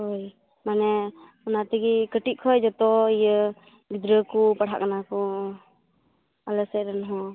ᱦᱳᱣ ᱢᱟᱱᱮ ᱚᱱᱟ ᱛᱮᱜᱮ ᱠᱟᱹᱴᱤᱡ ᱠᱷᱚᱱ ᱡᱚᱛᱚ ᱤᱭᱟᱹ ᱜᱤᱰᱽᱨᱟᱹ ᱠᱚ ᱯᱟᱲᱦᱟᱜ ᱠᱟᱱᱟᱠᱚ ᱟᱞᱮ ᱥᱮᱫᱽ ᱨᱮᱱ ᱦᱚᱸ